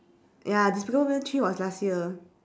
ya despicable me three was last year